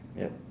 yup